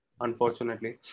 unfortunately